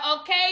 Okay